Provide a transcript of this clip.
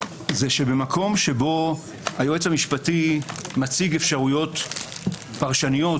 זה שבמקום שבו היועץ המשפטי מציג אפשרויות פרשנויות